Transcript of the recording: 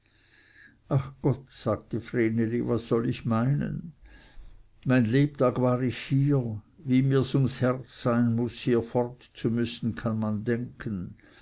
ach gott sagte vreneli was soll ich meinen mein lebtag war ich hier wie mirs ums herz sein muß hier fort zu müssen kann man denken